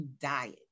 diet